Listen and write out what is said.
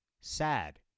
sad